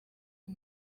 you